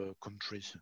country